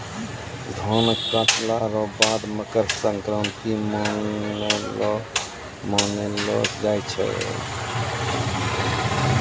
धान काटला रो बाद मकरसंक्रान्ती मानैलो जाय छै